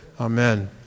Amen